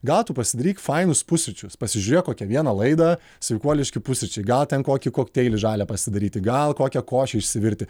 gal tu pasidaryk fainus pusryčius pasižiūrėk kokią vieną laidą sveikuoliški pusryčiai gal ten kokį kokteilį žalią pasidaryti gal kokią košę išsivirti